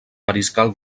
mariscal